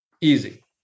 easy